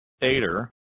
Ader